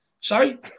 Sorry